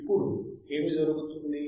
ఇప్పుడు ఏమి జరుగుతుంది